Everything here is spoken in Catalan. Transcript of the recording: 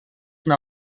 una